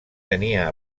tenia